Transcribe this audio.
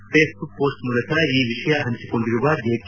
Facebook post ಮೂಲಕ ಈ ವಿಷಯ ಹಂಚಿಕೊಂಡಿರುವ ಜೇಟ್ಟ